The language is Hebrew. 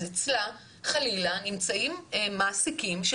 אז אצלה חלילה נמצאים מעסיקים של